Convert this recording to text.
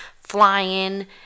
flying